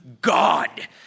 God